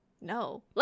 No